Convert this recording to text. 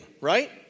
right